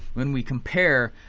when we compare,